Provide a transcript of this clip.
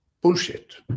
bullshit